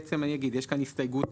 יש שלוש הסתייגויות,